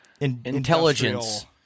Intelligence